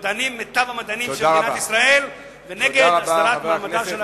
מיטב המדענים של מדינת ישראל ונגד הסדרת מעמדה של האקדמיה.